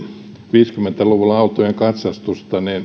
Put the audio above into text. viisikymmentä luvulla autojen katsastusta